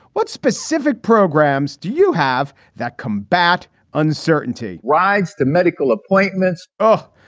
what specific programs do you have that combat uncertainty rides to medical appointments? oh,